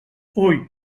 hui